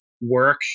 work